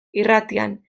irratian